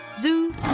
Zoo